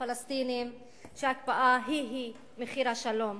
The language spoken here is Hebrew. הפלסטינים שההקפאה היא היא מחיר השלום,